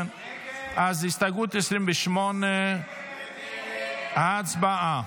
אז הסתייגות 28, הצבעה.